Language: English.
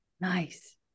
Nice